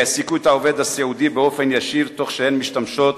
והעסיקו את העובד הסיעודי באופן ישיר תוך שהן משתמשות